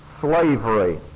slavery